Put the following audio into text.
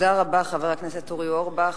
תודה רבה, חבר הכנסת אורי אורבך.